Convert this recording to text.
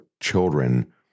children